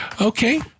Okay